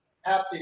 Happy